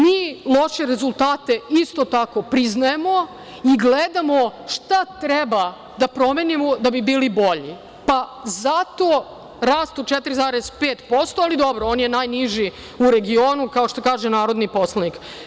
Mi loše rezultate isto tako priznajemo i gledamo šta treba da promenimo da bi bili bolji, pa zato rast od 4,5%, ali dobro, on je najniži u regionu kao što kaže narodni poslanik.